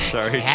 Sorry